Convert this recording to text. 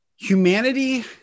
Humanity